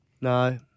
No